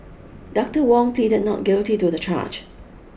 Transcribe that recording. Doctor Wong pleaded not guilty to the charge